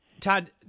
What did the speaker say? Todd